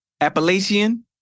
Appalachian